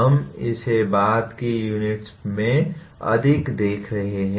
हम इसे बाद की यूनिट्स में अधिक देख रहे हैं